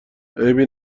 عیبی